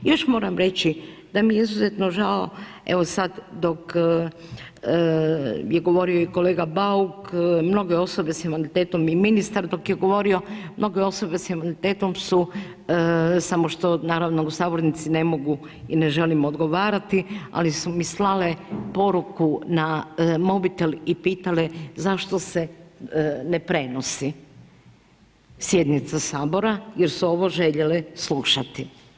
I još moram reći da mi je izuzetno žao evo sad dok je govorio i kolega Bauk, mnoge osobe s invaliditetom i ministar dok je govorio, mnoge osobe sa invaliditetom su, samo što naravno u sabornici ne mogu i ne želim odgovarati ali su mi slale poruku na mobitel i pitale zašto se ne prenosi sjednica Sabora jer su ovo željele slušati.